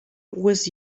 with